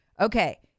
Okay